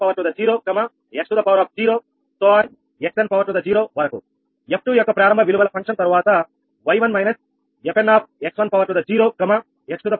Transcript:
xn వరకు f2 యొక్క ప్రారంభ విలువల ఫంక్షన్ తరువాత yn − 𝑓nx1 x2